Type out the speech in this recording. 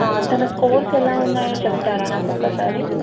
తన స్కోర్స్ ఎలా ఉన్నాయో చెప్తారా నాకొకసారి